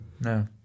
no